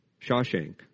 Shawshank